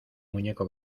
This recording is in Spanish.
muñeco